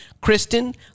Kristen